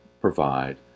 provide